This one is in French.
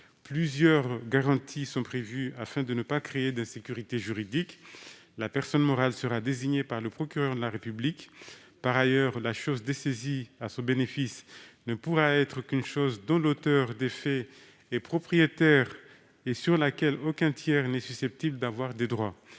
Plusieurs garanties sont prévues afin de ne pas créer d'insécurité juridique : d'une part, la personne morale sera désignée par le procureur de la République et, d'autre part, la chose dessaisie à son bénéfice ne pourra être qu'une chose dont l'auteur des faits est propriétaire et sur laquelle aucun tiers n'est susceptible d'avoir des droits.